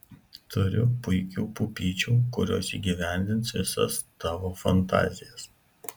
turiu puikių pupyčių kurios įgyvendins visas tavo fantazijas